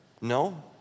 No